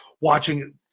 watching